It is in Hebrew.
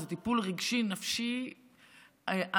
זה טיפול רגשי נפשי מטורף.